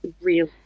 real